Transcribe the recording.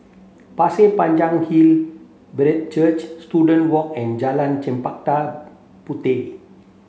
Pasir Panjang Hill Brethren Church Student Walk and Jalan Chempaka Puteh